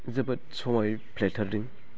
जोबोद समायफ्लेथारदों